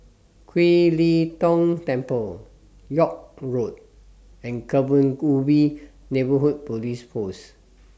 Kiew Lee Tong Temple York Road and Kebun Ubi Neighbourhood Police Post